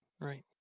right